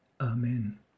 Amen